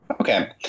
Okay